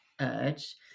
urge